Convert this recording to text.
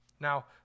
Now